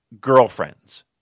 girlfriends